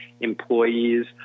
employees